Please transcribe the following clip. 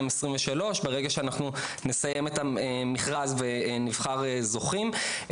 ברגע שאנחנו נסיים את המכרז ונבחר זוכים.